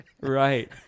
Right